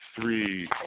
three